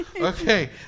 Okay